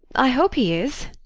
i hope he is.